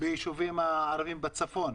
ביישובים הערביים בצפון.